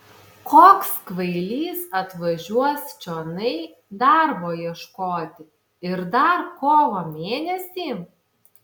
koks kvailys atvažiuos čionai darbo ieškoti ir dar kovo mėnesį